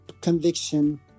conviction